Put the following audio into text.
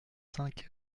cinq